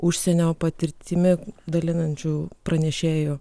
užsienio patirtimi dalinančių pranešėjų